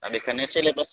दा बेखायनो सेलेबास